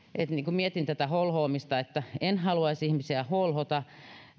mietin tätä holhoamista että en haluaisi ihmisiä holhota